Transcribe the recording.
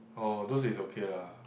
oh those is okay lah